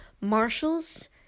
Marshalls